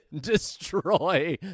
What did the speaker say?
destroy